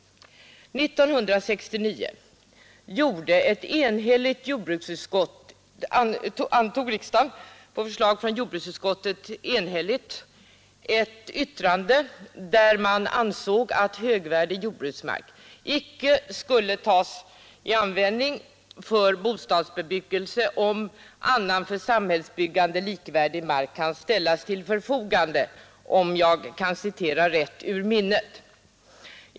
År 1963 antog riksdagen, på förslag från jordbruksutskottet, enhälligt ett yttrande som innebar att högvärdig jordbruksmark icke skulle användas för bostadsbyggande om annan för samhällsbyggandet likvärdig mark kan ställas till förfogande — om jag nu citerar rätt ur minnet.